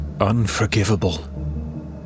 unforgivable